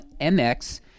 MX